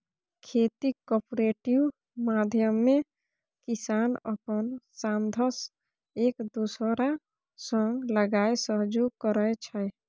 खेतीक कॉपरेटिव माध्यमे किसान अपन साधंश एक दोसरा संग लगाए सहयोग करै छै